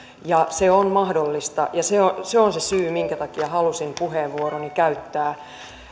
se on mahdollista ja se se on se syy minkä takia halusin puheenvuoroni käyttää